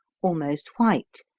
almost white,